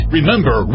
Remember